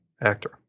actor